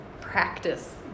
practice